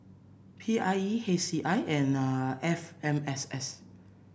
P I E H C I and F M S S